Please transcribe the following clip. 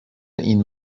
این